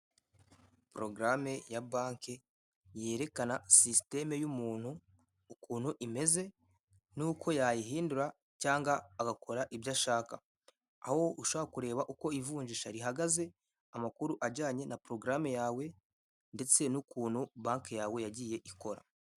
Porogaramu ya banki yerekana sisiteme y'umuntu ukuntu imeze n'uko yayihindura cyangwa agakora ibyo ashaka, aho ushobora kureba uko ivunjisha rihagaze, amakuru ajyanye na porogaramu yawe ndetse n'ukuntu banki yawe yagiye ikora.